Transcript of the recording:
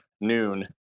noon